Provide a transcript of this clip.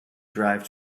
drive